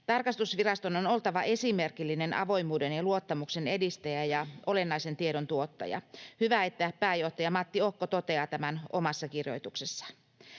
”Tarkastusviraston on oltava esimerkillinen avoimuuden ja luottamuksen edistäjä ja olennaisen tiedon tuottaja.” Hyvä, että pääjohtaja Matti Okko toteaa tämän omassa kirjoituksessaan.